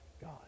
God